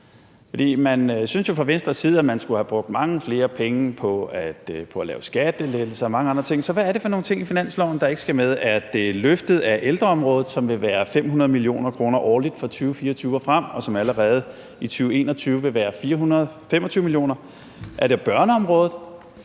man synes jo fra Venstres side, at man skulle have brugt mange flere penge på at lave skattelettelser og mange andre ting. Så hvad er det for nogle ting i finansloven, der ikke skal med? Er det løftet af ældreområdet, som vil være 500 mio. kr. årligt fra 2024 og frem, og som allerede i 2021 vil være 425 mio. kr.? Er det børneområdet